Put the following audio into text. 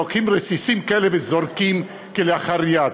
לוקחים רסיסים כאלה וזורקים כלאחר יד.